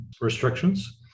restrictions